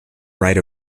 right